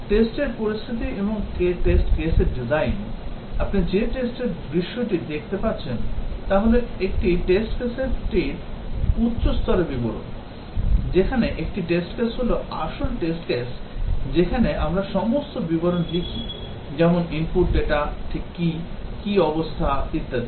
Test র পরিস্থিতি এবং test case র design আপনি যে test র দৃশ্যটি দেখতে পাচ্ছেন তা হল একটি test case টির উচ্চ স্তরের বিবরণ যেখানে একটি test case হল আসল test case যেখানে আমরা সমস্ত বিবরণ লিখি যেমন input data ঠিক কী কী অবস্থা ইত্যাদি